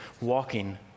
walking